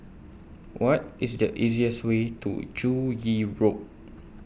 What IS The easiest Way to Joo Yee Road